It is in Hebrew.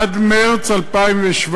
עד מרס 2017,